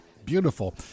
Beautiful